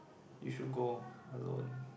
you should go alone